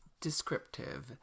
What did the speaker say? descriptive